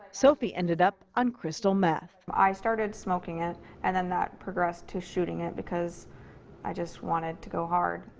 sophie ended up on crystal meth. i started smoking it, and then that progressed to shooting it because i just wanted to go hard.